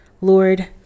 Lord